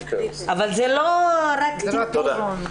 אבל זה לא --- תודה.